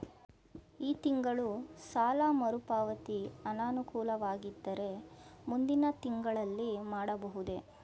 ಈ ತಿಂಗಳು ಸಾಲ ಮರುಪಾವತಿ ಅನಾನುಕೂಲವಾಗಿದ್ದರೆ ಮುಂದಿನ ತಿಂಗಳಲ್ಲಿ ಮಾಡಬಹುದೇ?